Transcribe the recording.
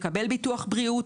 מקבל ביטוח בריאות,